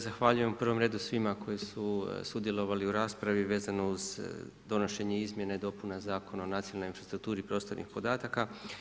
Zahvaljujem u prvom redu svima koji su sudjelovali u raspravi vezano uz donošenje izmjene i dopuna Zakona o nacionalnoj infrastrukturi prostornih podataka.